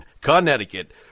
Connecticut